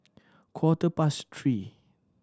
quarter past three